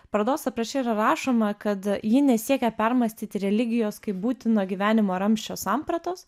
parodos apraše yra rašoma kad ji nesiekia permąstyti religijos kaip būtino gyvenimo ramsčio sampratos